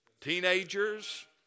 teenagers